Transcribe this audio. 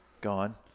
Gone